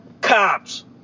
cops